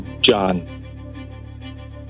John